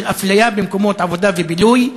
של אפליה במקומות עבודה ובילוי,